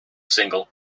single